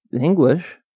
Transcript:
English